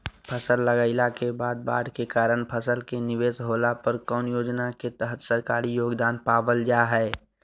फसल लगाईला के बाद बाढ़ के कारण फसल के निवेस होला पर कौन योजना के तहत सरकारी योगदान पाबल जा हय?